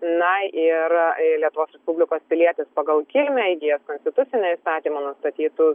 na ir lietuvos respublikos pilietis pagal kilmę įgijęs konstitucinio įstatymo nustatytus